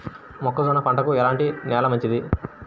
మొక్క జొన్న పంటకు ఎలాంటి నేల మంచిది?